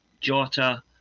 Jota